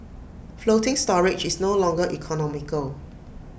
floating storage is no longer economical